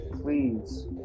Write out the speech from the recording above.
Please